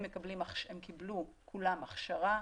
הם קיבלו כולם הכשרה.